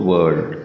World